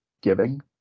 giving